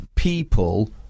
people